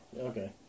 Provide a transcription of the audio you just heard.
Okay